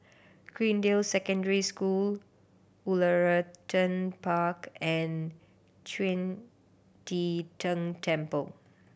Greendale Secondary School Woollerton Park and Qing De Tang Temple